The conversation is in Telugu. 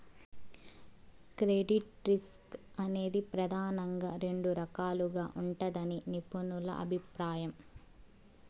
క్రెడిట్ రిస్క్ అనేది ప్రెదానంగా రెండు రకాలుగా ఉంటదని నిపుణుల అభిప్రాయం